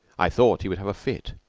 i thought he would have a fit,